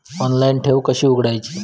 Online ठेव कशी उघडायची?